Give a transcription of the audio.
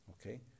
Okay